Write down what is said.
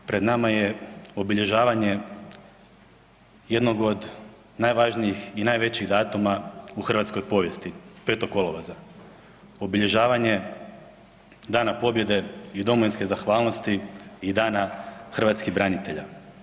Pred nama je obilježavanje jednog od najvažnijih i najvećih datuma u hrvatskoj povijesti 5. kolovoza, obilježavanje Dana pobjede i domovinske zahvalnosti i Dana hrvatskih branitelja.